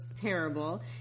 terrible